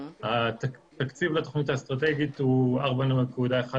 התקציב לתוכנית האסטרטגית היא 4.1 מיליארד,